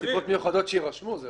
מסיבות מיוחדות שיירשמו.